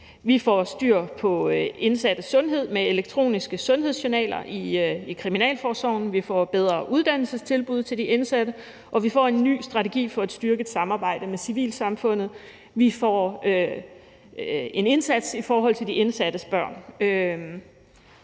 Vi får styr på de indsattes sundhed med elektroniske sundhedsjournaler i kriminalforsorgen. Vi får bedre uddannelsestilbud til de indsatte, og vi får en ny strategi for et styrket samarbejde med civilsamfundet. Vi får en indsats i forhold til de indsattes børn.